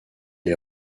est